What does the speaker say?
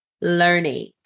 learning